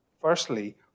Firstly